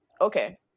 okay